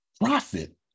profit